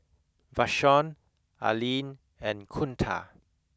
Vashon Aline and Kunta